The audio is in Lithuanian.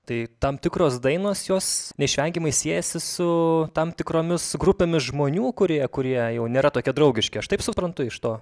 tai tam tikros dainos jos neišvengiamai siejasi su tam tikromis grupėmis žmonių kurie kurie jau nėra tokie draugiški aš taip suprantu iš to